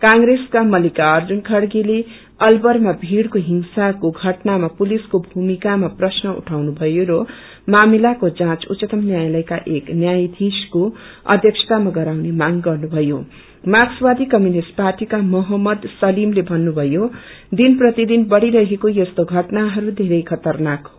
कांग्रेसका मस्तिकार्जुन खड़गेले अलवरमा भीड़को हिंसाको घटनामा पुलिसको भूमिकामा प्रश्न उठाउनुभयो र मामिलाको जाँच उच्चतम न्यायालयमा एक न्यायाधीशको अध्यक्षतमा गराउने मांग गर्नुथयो मार्क्सवादी कम्युनिष्ट पार्टीका मोहम्मद सतीमले थन्नुथयो दिन प्रतिदिन बढ़ी रहेको यस्तो षटनाहरू धेरै खतरनाक हो